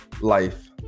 life